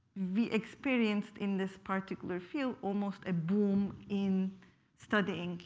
we experienced in this particular field almost a boom in studying